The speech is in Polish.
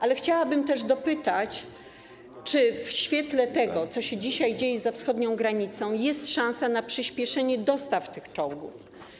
Ale chciałabym też dopytać, czy w świetle tego, co się dzisiaj dzieje za wschodnią granicą, jest szansa na przyspieszenie dostaw tych czołgów.